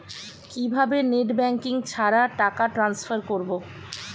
কিভাবে net banking ছাড়া টাকা ট্রান্সফার করবো?